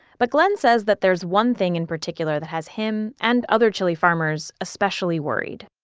but glen says that there's one thing in particular that has him and other chili farmers especially worried